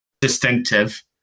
distinctive